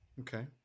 Okay